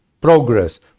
Progress